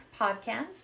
podcast